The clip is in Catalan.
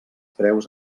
preus